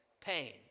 pain